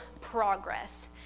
progress